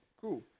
Cool